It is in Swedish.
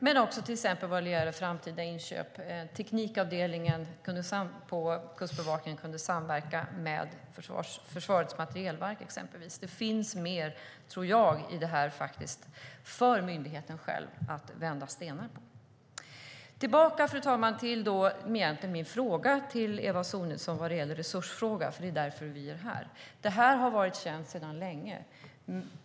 Men det gäller också framtida inköp. Teknikavdelningen på Kustbevakningen skulle exempelvis kunna samverka med Försvarets materielverk. Jag tror att det finns fler stenar att vända på för myndigheten. Fru talman! Jag ska komma tillbaka till min fråga till Eva Sonidsson. Det gäller resursfrågan. Det är därför vi är här. Detta har varit känt sedan länge.